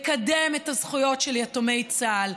לקדם את הזכויות של יתומי צה"ל,